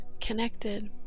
connected